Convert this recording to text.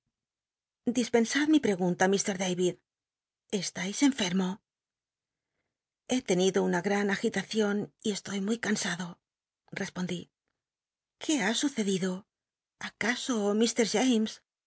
dispensad mi pregunt jllr da id eslais enfermo he tenido una gran agilacion y estoy muy cansado respondí qué b t sucedido acaso